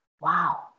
wow